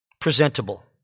Presentable